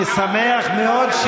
אני שמח מאוד,